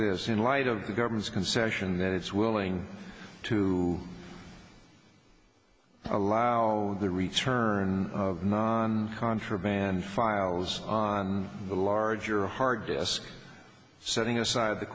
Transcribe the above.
this in light of the government's concession that it's willing to allow the return of non contraband files on the larger hard disk setting aside the